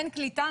אין קליטה,